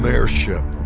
Airship